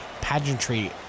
pageantry